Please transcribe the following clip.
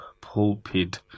Pulpit